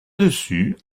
dessus